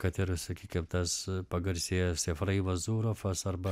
kad ir sakykim tas pagarsėjęs efraimas zurofas arba